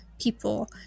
people